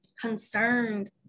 concerned